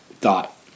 thought